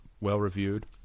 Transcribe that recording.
well-reviewed